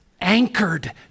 anchored